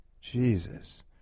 Jesus